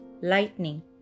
lightning